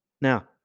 Now